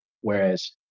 Whereas